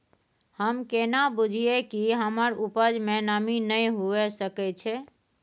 हम केना बुझीये कि हमर उपज में नमी नय हुए सके छै?